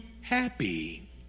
happy